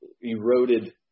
eroded